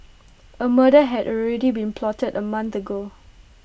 A murder had already been plotted A month ago